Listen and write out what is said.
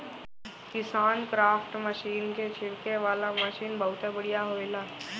KisanKraft machine के छिड़के वाला मशीन बहुत बढ़िया होएला